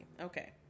Okay